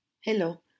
Hello